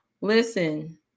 listen